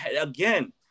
Again